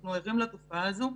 אנחנו יודעים על התופעה הזו.